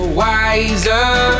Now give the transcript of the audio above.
wiser